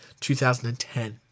2010